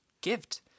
gift